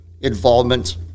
Involvement